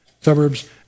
suburbs